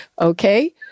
Okay